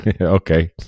Okay